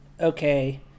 okay